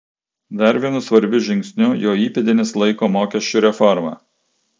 dar vienu svarbiu žingsniu jo įpėdinis laiko mokesčių reformą